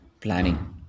planning